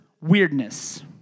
weirdness